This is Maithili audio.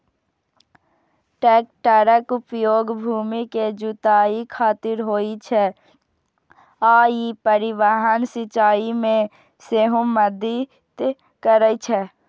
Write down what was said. टैक्टरक उपयोग भूमि के जुताइ खातिर होइ छै आ ई परिवहन, सिंचाइ मे सेहो मदति करै छै